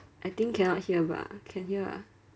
I think cannot hear bah can hear ah